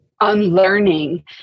unlearning